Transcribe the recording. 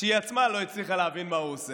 שהיא עצמה לא הצליחה להבין מה הוא עושה.